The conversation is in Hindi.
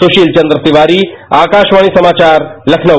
सुशील चन्द्र तिवारी आकाशवाणी समाचार लखनऊ